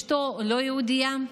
ואשתו לא יהודייה.